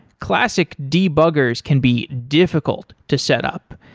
classic debuggers can be difficult to set up,